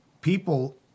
people –